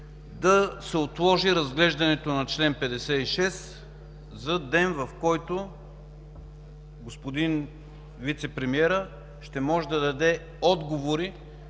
да се отложи разглеждането на чл. 56 за ден, в който господин вицепремиерът ще може да даде отговори